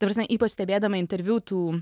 ta prasme ypač stebėdama interviu tų